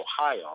Ohio